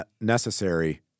necessary